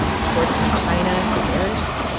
exports from china scarce.